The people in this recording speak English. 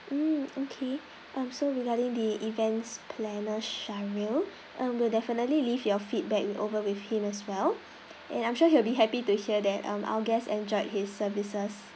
mm okay mm so regarding the events planner sharil err will definitely leave your feedback with over with him as well and I'm sure he will be happy to hear that um our guests enjoyed his services